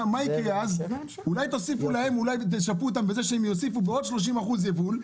אולי תשפו אותם על זה שהם יוסיפו עוד 30% יבול,